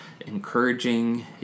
encouraging